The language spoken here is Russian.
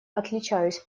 отличаюсь